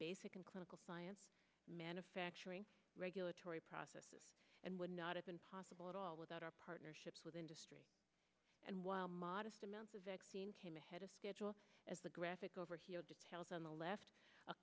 basic and clinical science manufacturing regulatory processes and would not have been possible at all without our partnerships with industry and while modest amounts of vaccine came ahead of schedule as the graphic over here details on the left a